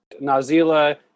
Nazila